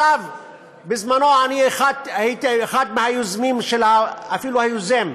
בזמני הייתי אחד מהיוזמים, אפילו היוזם,